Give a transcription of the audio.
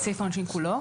סעיף העונשין כולו?